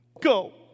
Go